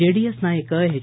JDS ನಾಯಕ H